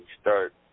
start